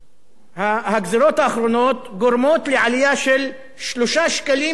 הגזירות האחרונות גורמות לעלייה של 3 שקלים במחיר החפיסה.